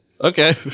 Okay